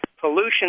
pollution